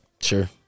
Sure